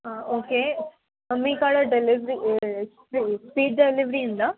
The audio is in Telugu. ఓకే మీకాడ డెలివరీ స్పీడ్ డెలివరీ ఉందా